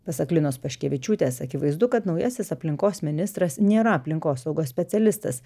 pasak linos paškevičiūtės akivaizdu kad naujasis aplinkos ministras nėra aplinkosaugos specialistas